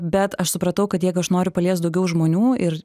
bet aš supratau kad jeigu aš noriu palies daugiau žmonių ir